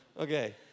Okay